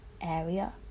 area